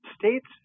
States